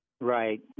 Right